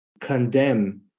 condemn